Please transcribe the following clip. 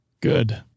Good